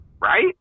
right